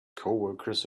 coworkers